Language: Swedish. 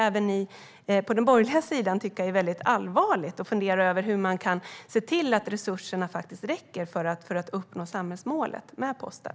Även ni på den borgerliga sidan måste tycka att det är väldigt allvarligt och fundera över hur man kan se till att resurserna räcker för att uppnå samhällsmålet med posten.